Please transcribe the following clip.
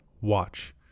watch